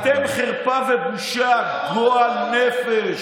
אתם חרפה ובושה"; "גועל נפש".